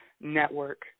network